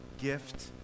gift